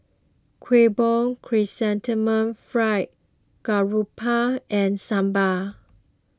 Kueh Bom Chrysanthemum Fried Garoupa and Sambal